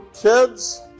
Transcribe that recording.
kids